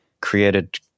created